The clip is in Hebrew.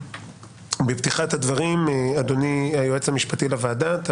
בפתיחת הדברים, אדוני היועץ המשפטי לוועדה, בבקשה.